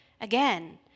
again